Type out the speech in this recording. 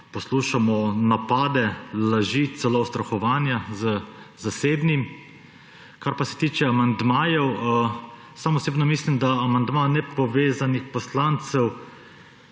poslušamo napade, laži, celo ustrahovanja z zasebnim. Kar pa se tiče amandmajev, sam osebno mislim, da bi znal biti amandma nepovezanih poslancev